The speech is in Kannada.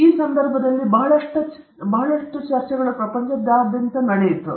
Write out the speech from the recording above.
ಈ ಸಂದರ್ಭದಲ್ಲಿ ಬಹಳಷ್ಟು ಚರ್ಚೆಗಳು ಪ್ರಪಂಚದಾದ್ಯಂತ ನಡೆದಿವೆ